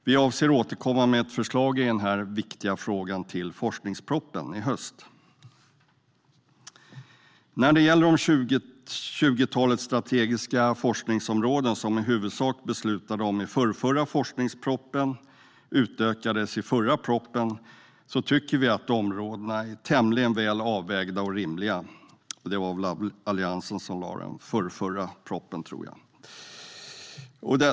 Vi avser att återkomma med ett förslag i den viktiga frågan till forskningspropositionen i höst. När det gäller det tjugotal strategiska forskningsområden som i huvudsak beslutades i förrförra forskningspropositionen och utökades i förra propositionen tycker vi att områdena är tämligen väl avvägda och rimliga. Det var väl Alliansen som lade fram den förrförra propositionen.